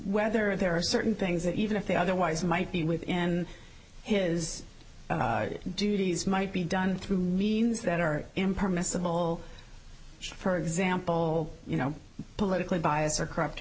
whether there are certain things that even if they otherwise might be within his duties might be done through means that are impermissible for example you know political bias or corrupt